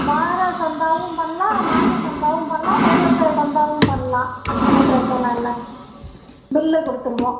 வார சந்தாவும் பண்ணலாம் மாச சந்தாவும் பண்ணலாம் ஒரு வருஷ சந்தாவும் பண்ணலாம் ஒன்றும் பிரச்சின இல்லைங்க பில்லு கொடுத்துடுவோம்